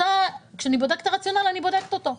כשאני בודקת את הרציונל, אני בודקת אותו.